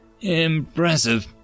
Impressive